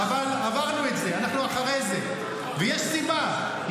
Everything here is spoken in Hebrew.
אבל עברנו את זה, אנחנו אחרי זה, ויש סיבה.